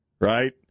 Right